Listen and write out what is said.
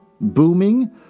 booming